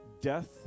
Death